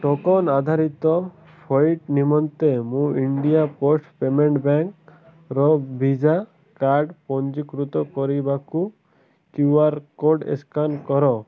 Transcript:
token ଆଧାରିତ ପଇଠ ନିମନ୍ତେ ମୋ ଇଣ୍ଡିଆ ପୋଷ୍ଟ ପେମେଣ୍ଟ ବ୍ୟାଙ୍କର ଭିସା କାର୍ଡ଼ ପଞ୍ଜୀକୃତ କରିବାକୁ କ୍ୟୁ ଆର୍ କୋଡ଼୍ ସ୍କାନ୍ କର